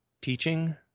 teaching